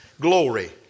glory